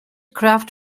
craft